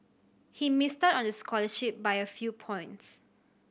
he missed out on the scholarship by a few points